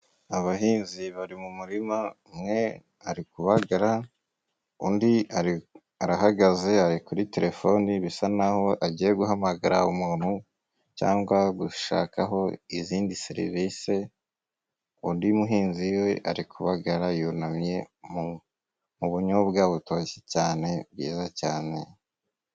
Abahinzi bari mu murima, umwe ari kubagara, undi arahagaze ari kuri telefoni, bisa n'aho agiye guhamagara umuntu cyangwa gushakaho izindi serivise, undi muhinzi we ari kubabagara, yunamye mu bunyobwa butoshye cyane, byiza cyane.